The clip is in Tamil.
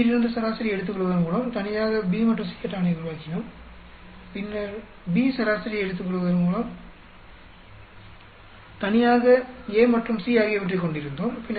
C யிலிருந்து சராசரியை எடுத்துக்கொள்வதன் மூலம் தனியாக A மற்றும் B அட்டவணையை உருவாக்கினோம் பின்னர் B சராசரியை எடுத்துக்கொள்வதன் மூலம் தனியாக A மற்றும் Cஆகியவற்றைக் கொண்டிருந்தோம்